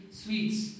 sweets